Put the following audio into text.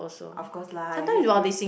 of course lah are you serious